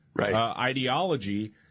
ideology